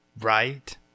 Right